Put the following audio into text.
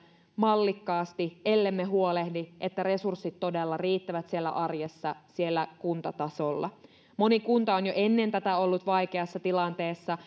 mallikkaasti ellemme huolehdi että resurssit todella riittävät siellä arjessa siellä kuntatasolla moni kunta on jo ennen tätä ollut vaikeassa tilanteessa